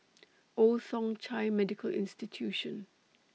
Old Thong Chai Medical Institution